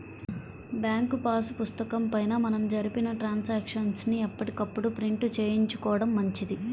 bank pass పుస్తకం పైన మనం జరిపిన ట్రాన్సాక్షన్స్ ని ఎప్పటికప్పుడు ప్రింట్ చేయించుకోడం మంచిది